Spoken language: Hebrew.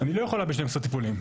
אני לא יכולה ב-12 טיפולים.